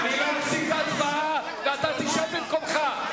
אני לא אפסיק את ההצבעה, ואתה תשב במקומך.